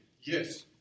yes